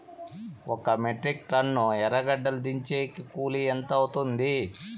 ఒక metric tonne ఎర్రగడ్డలు దించేకి కూలి ఎంత అవుతుంది?